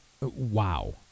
Wow